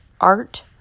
art